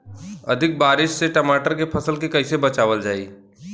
अधिक बारिश से टमाटर के फसल के कइसे बचावल जाई?